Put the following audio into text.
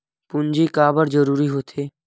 पूंजी का बार जरूरी हो थे?